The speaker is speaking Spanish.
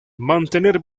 mantener